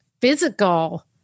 physical